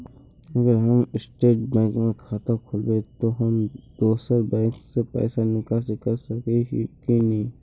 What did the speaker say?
अगर हम State Bank में खाता खोलबे तो हम दोसर बैंक से पैसा निकासी कर सके ही की नहीं?